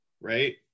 Right